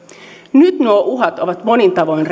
nyt nuo uhat ovat monin tavoin